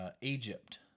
Egypt